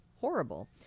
horrible